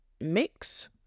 mix